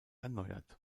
erneuert